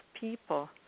people